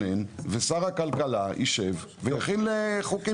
ושר הכלכלה יישב ויחיל את החוקים של חוק הגנת הצרכן.